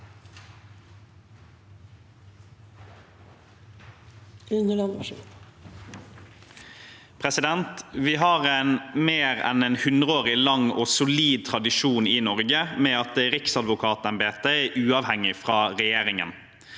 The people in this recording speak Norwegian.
Vi har en mer enn hundre år lang og solid tradisjon i Norge med at riksadvokatembetet er uavhengig av regjeringen